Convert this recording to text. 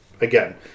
Again